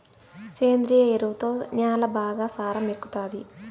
సేంద్రియ ఎరువుతో న్యాల బాగా సారం ఎక్కుతాది